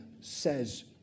says